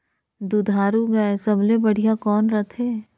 दुधारू गाय सबले बढ़िया कौन रथे?